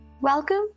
Welcome